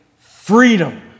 Freedom